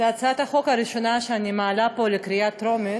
זו הצעת החוק הראשונה שאני מעלה פה לקריאה טרומית,